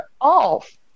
off